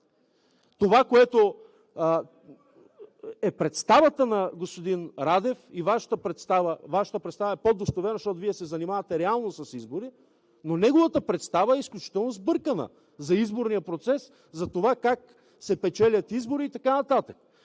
Това, което е представата на господин Радев – Вашата представа е по-достоверна, защото Вие се занимавате реално с избори, но неговата представа е изключително сбъркана за изборния процес, затова как се печелят избори и така нататък.